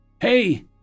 Hey